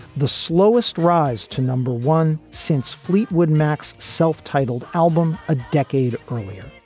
the slowest rise to number one since fleetwood mac's self-titled album a decade earlier.